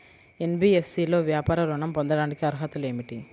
NBFC లో వ్యాపార ఋణం పొందటానికి అర్హతలు ఏమిటీ?